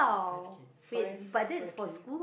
five-K five five-K